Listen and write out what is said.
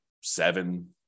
seven